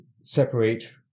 separate